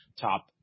top